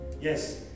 Yes